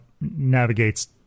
navigates